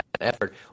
effort